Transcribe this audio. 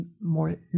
more